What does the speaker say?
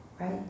right